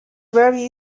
very